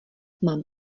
mám